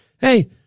Hey